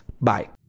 Bye